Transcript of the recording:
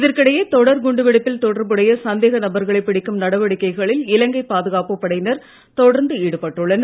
இதற்கிடையே தொடர் குண்டுவெடிப்பில் தொடர்புடைய சந்தேக நபர்களை பிடிக்கும் நடவடிக்கைகளில் இலங்கை பாதுகாப்புப் படையினர் தொடர்ந்து ஈடுபட்டுள்ளனர்